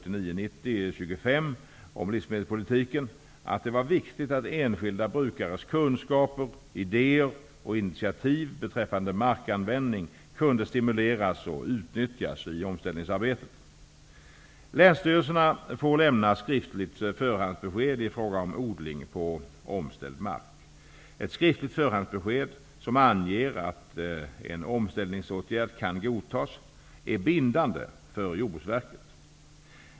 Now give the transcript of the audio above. om livsmedelspolitiken att det var viktigt att enskilda brukares kunskaper, idéer och initiativ beträffande markanvändning kunde stimuleras och utnyttjas i omställningsarbetet. Länsstyrelserna får lämna skriftligt förhandsbesked i fråga om odling på omställd mark. Ett skriftligt förhandsbesked som anger att en omställningsåtgärd kan godtas är bindande för Jordbruksverket.